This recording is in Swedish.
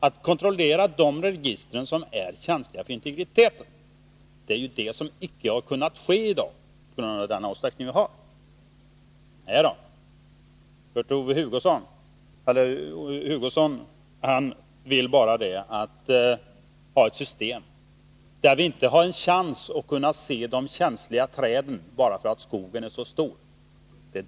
Att kontrollera de register som är känsliga för integriteten har inte varit möjligt i dag på grund av den omfattning de har. Men Kurt Hugosson vill bara ha ett system där vi inte har chans att se de känsliga träden för att skogen är så stor.